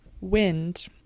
wind